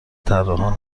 طراحان